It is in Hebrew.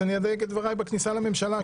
אז אני אדייק את דבריי בכניסה לממשלה.